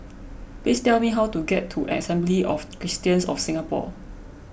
please tell me how to get to Assembly of Christians of Singapore